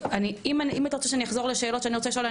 אם אתה רוצה שאני אחזור לשאלות שאני רוצה לשאול,